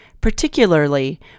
particularly